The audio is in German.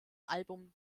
album